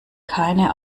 keine